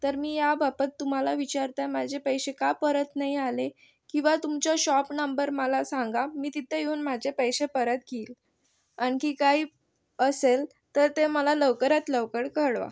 तर मी याबाबत तुम्हाला विचारत आहे माझे पैसे का परत नाही आले किंवा तुमचा शॉप नंबर मला सांगा मी तिथे येऊन माझे पैसे परत घेईल आणखी काही असेल ते मला लवकरात लवकर कळवा